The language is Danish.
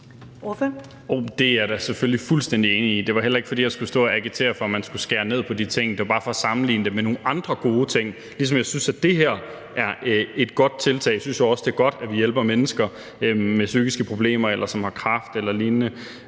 Det er jeg da selvfølgelig fuldstændig enig i. Det var heller ikke, fordi jeg skulle stå og agitere for, at man skulle skære ned på de ting. Det var bare for at sammenligne det med nogle andre gode ting, ligesom jeg synes, at det her er et godt tiltag. Jeg synes også, at det er godt, at vi hjælper mennesker med psykiske problemer, eller som har kræft eller lignende.